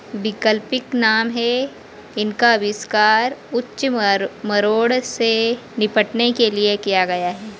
वैकल्पिक नाम है इनका आविष्कार उच्च मरोड़ से निपटने के लिए किया गया है